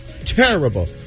Terrible